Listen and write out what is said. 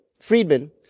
Friedman